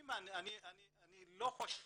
אני לא חושב